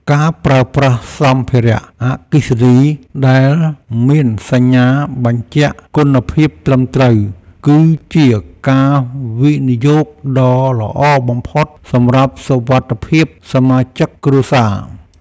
ការប្រើប្រាស់សម្ភារៈអគ្គិសនីដែលមានសញ្ញាបញ្ជាក់គុណភាពត្រឹមត្រូវ គឺជាការវិនិយោគដ៏ល្អបំផុតសម្រាប់សុវត្ថិភាពសមាជិកគ្រួសារ។